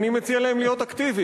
אני מציע להם להיות אקטיביים.